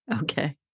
Okay